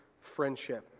friendship